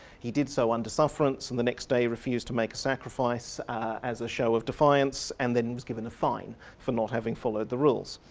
he did so under sufferance and the next day refused to make a sacrifice as a show of defiance and then was given a fine for not having followed the rules.